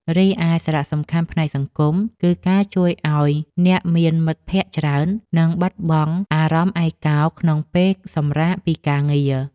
រីឯសារៈសំខាន់ផ្នែកសង្គម គឺការជួយឱ្យអ្នកមានមិត្តភក្តិច្រើន និងបាត់បង់អារម្មណ៍ឯកោក្នុងពេលសម្រាកពីការងារ។